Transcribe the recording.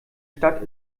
stadt